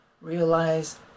Realize